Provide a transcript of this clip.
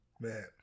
Man